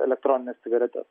elektronines cigaretes